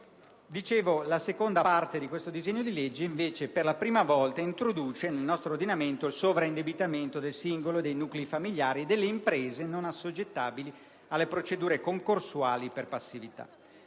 La seconda parte di questo disegno di legge, invece, per la prima volta, introduce nel nostro ordinamento il riferimento alla fattispecie del sovraindebitamento del singolo, dei nuclei familiari e delle imprese non assoggettabili alle procedure concorsuali per passività.